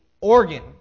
organ